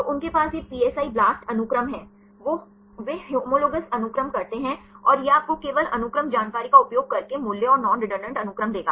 तो उनके पास ये PSI BLAST अनुक्रम हैं वे होमोलॉग्स अनुक्रम करते हैं और यह आपको केवल अनुक्रम जानकारी का उपयोग करके मूल्यों और नॉन रेडंडान्त अनुक्रम देगा